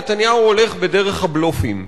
נתניהו הולך בדרך הבלופים.